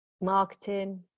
marketing